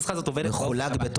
הוא מחולק לבתי חולים אחרים.